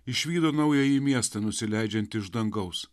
išvydo naująjį miestą nusileidžiantį iš dangaus